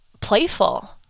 playful